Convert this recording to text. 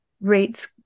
rates